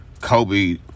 Kobe